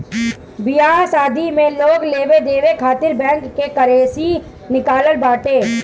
बियाह शादी में लोग लेवे देवे खातिर बैंक से करेंसी निकालत बाटे